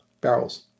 barrels